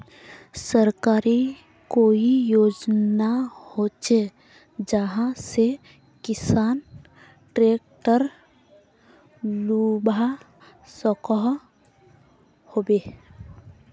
सरकारी कोई योजना होचे जहा से किसान ट्रैक्टर लुबा सकोहो होबे?